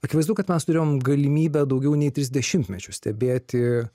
akivaizdu kad mes turėjom galimybę daugiau nei tris dešimtmečius stebėti